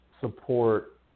support